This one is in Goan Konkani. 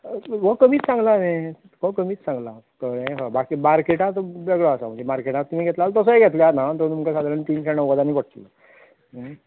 हो कमीच सांगला हांवें हो कमीच सांगलां कळ्ळें हय मार्केटा तुका वेगळो आसा म्हणजे मार्केटा तुमी घेतलो जाल्यार तसोय घेतल्या जाता तो सादारण तुमकां तिनशें णव्वदांनी पडटलो